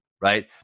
right